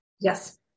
Yes